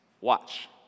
Watch